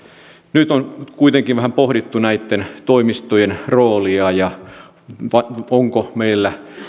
nyt on kuitenkin vähän pohdittu näitten toimistojen roolia ja sitä onko meillä